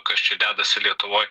kas čia dedasi lietuvoj